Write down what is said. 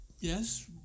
yes